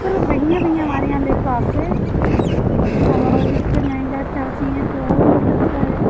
पर बढ़िया बढ़िया हमारे यहाँ लेप्टोप है अगर और इससे महंगा चाहती हैं तो और मिल सकता है